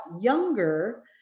younger